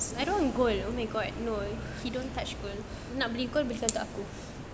I don't want gold oh my god no he don't touch gold nak beli gold belikan untuk aku